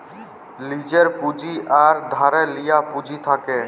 লীজের পুঁজি আর ধারে লিয়া পুঁজি থ্যাকে